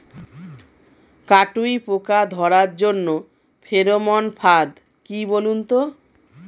কাটুই পোকা ধরার জন্য ফেরোমন ফাদ কি বলুন তো?